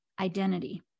identity